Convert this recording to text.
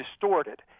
distorted